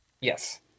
Yes